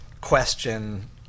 question